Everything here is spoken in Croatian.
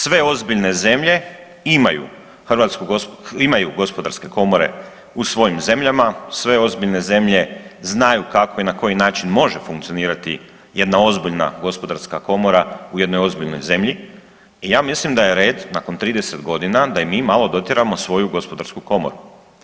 Sve ozbiljne zemlje imaju gospodarske komore u svojim zemljama, sve ozbiljne zemlje znaju kako i na koji način može funkcionirati jedna ozbiljna gospodarska komora u jednoj ozbiljnoj zemlji i ja mislim da je red nakon 30 godina da i mi malo dotjeramo svoju gospodarsku komoru.